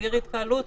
מגדיר התקהלות,